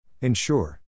Ensure